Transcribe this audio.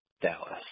Dallas